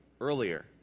earlier